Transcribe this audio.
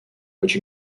which